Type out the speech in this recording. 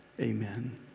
amen